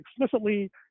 explicitly